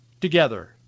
together